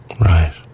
Right